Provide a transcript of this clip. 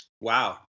Wow